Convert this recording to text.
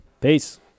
peace